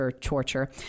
torture